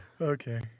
Okay